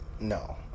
No